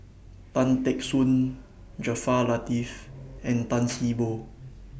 Tan Teck Soon Jaafar Latiff and Tan See Boo